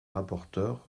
rapporteure